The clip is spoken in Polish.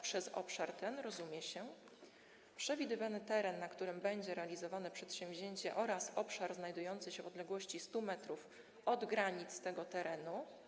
Przez obszar ten rozumie się przewidywany teren, na którym będzie realizowane przedsięwzięcie, oraz obszar znajdujący się w odległości 100 m od granic tego terenu.